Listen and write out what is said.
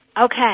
Okay